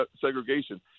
segregation